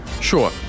Sure